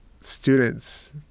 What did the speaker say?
students